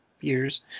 years